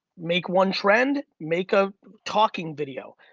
make one trend, make a talking video,